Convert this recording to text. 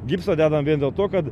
gipso dedam dėl to kad